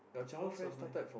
most of my